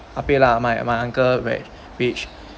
a bit lah my my uncle where which